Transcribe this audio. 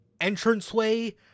entranceway